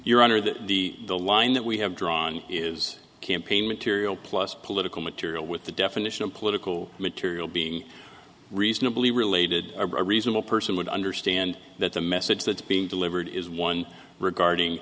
your honor that the the line that we have drawn is campaign material plus political material with the definition of political material being reasonably related a reasonable person would understand that the message that's being delivered is one regarding